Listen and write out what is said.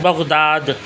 Baghdad